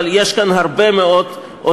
אבל יש כאן עוד הרבה מאוד עבודה,